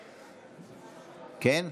כן?